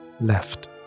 left